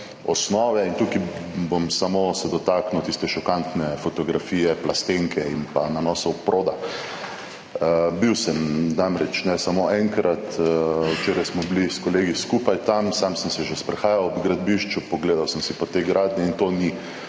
osnove. In tukaj bom samo se dotaknil tiste šokantne fotografije plastenke in pa nanosov proda. Bil sem namreč, ne samo enkrat, včeraj smo bili s kolegi skupaj tam, sam sem se že sprehajal ob gradbišču, pogledal sem si po tej gradnji in to ni